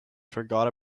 forgot